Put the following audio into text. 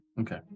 Okay